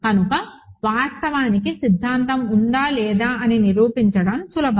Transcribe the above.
కనుక వాస్తవానికి సిద్ధాంతం ఉందా లేదా అని నిరూపించడం సులభం